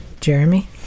Jeremy